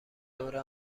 دوره